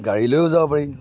গাড়ী লৈও যাব পাৰি